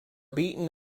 beaten